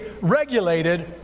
regulated